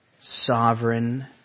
Sovereign